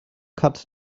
cut